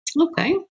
okay